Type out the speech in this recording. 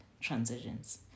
transitions